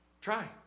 Try